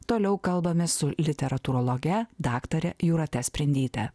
toliau kalbamės su literatūrologe daktare jūrate sprindyte